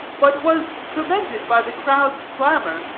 but was prevented by the crowd's clamor,